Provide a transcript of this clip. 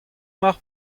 mar